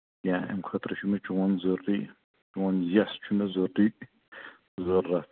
یا اَمہِ خٲطرٕ چھُ مےٚ چون ضٔروٗری چون یَس چھُ مےٚ ضٔروٗری ضوٚرتھ